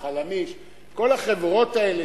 "חלמיש" כל החברות האלה,